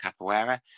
Capoeira